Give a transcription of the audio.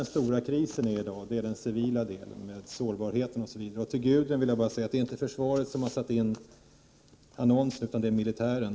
Den stora kris som vi i dag har gäller den civila delen av försvaret, sårbarheten osv. Till Gudrun Schyman vill jag bara säga att det inte är försvaret som har satt in annonsen utan militären.